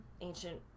ancient